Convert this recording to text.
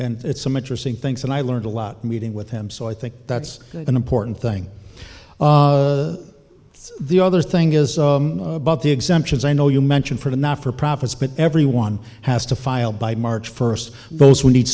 and it's some interesting things and i learned a lot meeting with him so i think that's an important thing the other thing is the exemptions i know you mention for the not for profits but everyone has to file by march first those we need